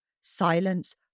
Silence